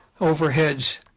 Overheads